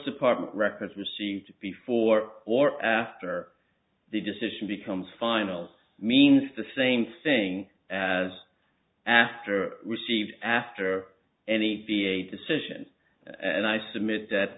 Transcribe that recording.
department records received before or after the decision becomes final means the same thing as after received after any be a decision and i submit that